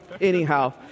anyhow